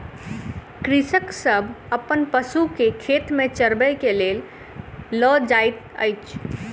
कृषक सभ अपन पशु के खेत में चरबै के लेल लअ जाइत अछि